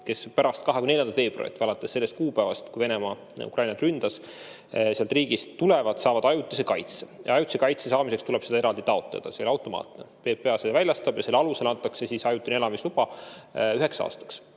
kes pärast 24. veebruari või alates sellest kuupäevast, kui Venemaa Ukrainat ründas, sealt riigist tulevad, saavad ajutise kaitse. Ajutise kaitse saamiseks tuleb seda eraldi taotleda. See ei ole automaatne. PPA selle väljastab ja selle alusel antakse ajutine elamisluba üheks aastaks.